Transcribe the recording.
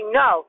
no